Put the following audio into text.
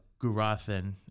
Gurathan